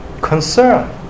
concern